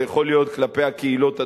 זה יכול להיות כלפי הקהילות עצמן,